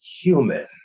human